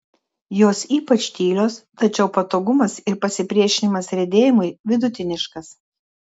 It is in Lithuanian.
jos ypač tylios tačiau patogumas ir pasipriešinimas riedėjimui vidutiniškas